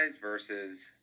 versus